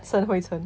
生灰尘